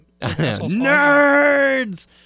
Nerds